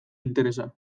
interesa